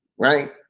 right